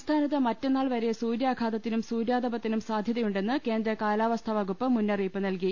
സംസ്ഥാനത്ത് മറ്റന്നാൾ വരെ സൂര്യാഘാതത്തിനും സൂര്യാ തപത്തിനും സാധ്യതയുണ്ടെന്ന് കേന്ദ്ര കാലാവസ്ഥാ വകുപ്പ് മുന്നറിയിപ്പ് നൽകി